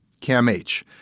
CAMH